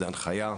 זו הנחיה,